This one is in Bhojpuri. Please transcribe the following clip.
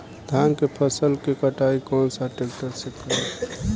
धान के फसल के कटाई कौन सा ट्रैक्टर से करी?